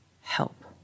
Help